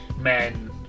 men